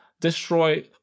destroy